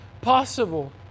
possible